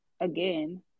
again